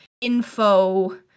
info